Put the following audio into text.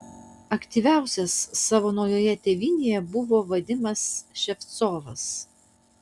aktyviausias savo naujoje tėvynėje buvo vadimas ševcovas